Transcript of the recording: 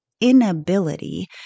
inability